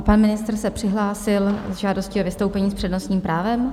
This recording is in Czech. Pan ministr se přihlásil s žádostí o vystoupení s přednostním právem.